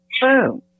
Boom